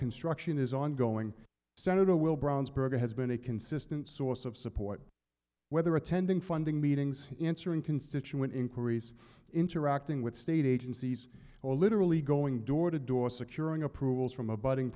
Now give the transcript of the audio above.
construction is ongoing senator will brownsburg has been a consistent source of support whether attending funding meetings in answering constituent inquiries interacting with state agencies or literally going door to door securing approvals from abiding